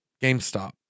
GameStop